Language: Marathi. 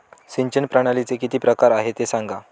सिंचन प्रणालीचे किती प्रकार आहे ते सांगा